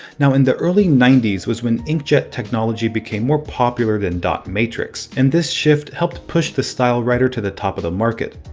now and the early ninety s was when inkjet technology became more popular than dot matrix. and this shift helped push the stylewriter to the top of the market.